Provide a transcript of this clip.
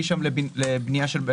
מקווה שנוכל להגיע לפתרון.